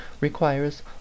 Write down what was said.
requires